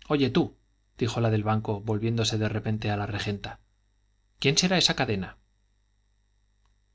entender oye tú dijo la del banco volviéndose de repente a la regenta quién será esa cadena